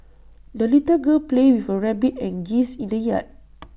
the little girl played with her rabbit and geese in the yard